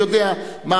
אני יודע מה